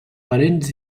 parents